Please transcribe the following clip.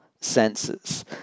senses